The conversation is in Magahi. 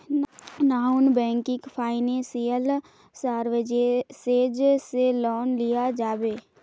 नॉन बैंकिंग फाइनेंशियल सर्विसेज से लोन लिया जाबे?